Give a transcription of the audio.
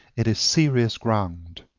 it is serious ground.